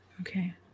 Okay